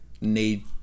need